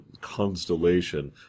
constellation